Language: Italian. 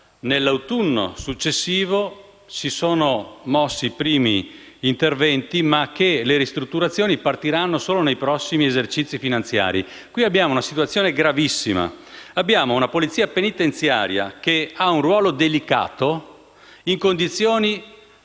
nell'autunno successivo si sono mossi i primi interventi, ma le ristrutturazioni partiranno solo nei prossimi esercizi finanziari. Vi è una situazione gravissima: la polizia penitenziaria, che ha un ruolo delicato, è proprio